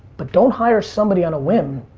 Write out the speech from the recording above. but don't hire somebody on a whim